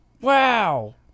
wow